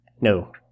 No